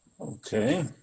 Okay